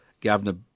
Governor